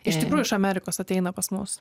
iš tikrųjų iš amerikos ateina pas mus